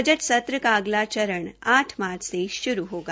budget सत्र का अगला चरण आठ मार्च से शुरू होगा